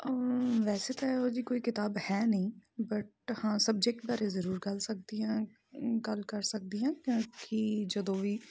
ਵੈਸੇ ਤਾਂ ਇਹੋ ਜਿਹੀ ਕੋਈ ਕਿਤਾਬ ਹੈ ਨਹੀਂ ਬਟ ਹਾਂ ਸਬਜੈਕਟ ਬਾਰੇ ਜ਼ਰੂਰ ਗੱਲ ਸਕਦੀ ਆ ਗੱਲ ਕਰ ਸਕਦੀ ਹਾਂ ਕਿਉਂਕਿ ਜਦੋਂ ਵੀ